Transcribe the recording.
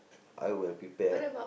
I will prepare